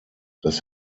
das